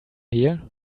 here